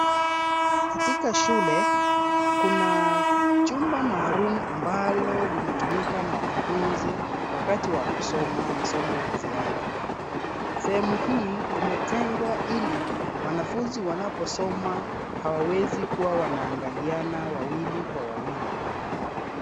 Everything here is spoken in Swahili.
Katika shule, kuna chumba maalum ambalo linatumika na wanafunzi wakati wa kusoma masomo ya ziada. Sehemu hii, imetengwa ili, wanafunzi wanaposoma, hawawezi kuwa wanaangaliana wawili kwa wawili.